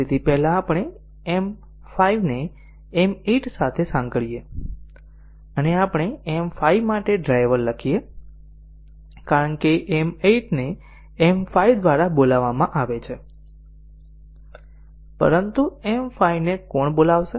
પહેલા આપણે M 5 ને M 8 સાથે સાંકળીએ અને આપણે M 5 માટે ડ્રાઈવર લખીએ કારણ કે M 8 ને M 5 દ્વારા બોલાવવામાં આવે છે પરંતુ M 5 ને કોણ બોલાવશે